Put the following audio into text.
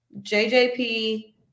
JJP